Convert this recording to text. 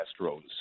Astros